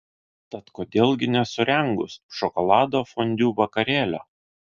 tad kodėl gi nesurengus šokolado fondiu vakarėlio